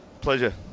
Pleasure